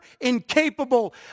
incapable